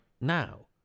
now